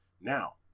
Now